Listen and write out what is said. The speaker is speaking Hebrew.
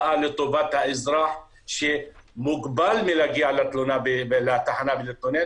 באה לטובת האזרח שמוגבל מלהגיע לתחנה ולהתלונן,